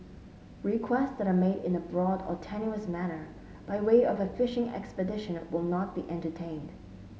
requests that are made in a broad or tenuous manner by way of a fishing expedition will not be entertained